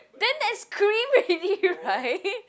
then that's cream already right